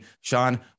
Sean